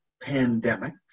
pandemic